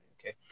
Okay